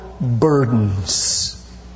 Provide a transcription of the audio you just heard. burdens